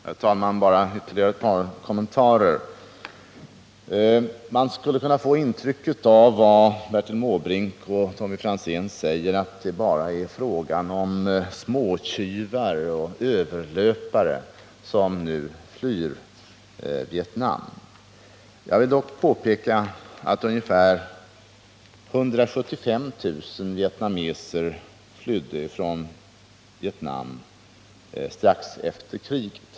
Herr talman! Bara några ytterligare kommentarer. Av Bertil Måbrinks och Tommy Franzéns anföranden skulle man kunna få intrycket att det bara är småtjuvar och överlöpare som nu flyr från Vietnam. Jag vill då påpeka att ungefär 175 000 vietnameser flydde från Vietnam strax efter kriget.